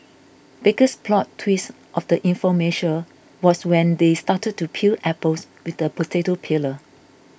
biggest plot twist of the infomercial was when they started to peel apples with the potato peeler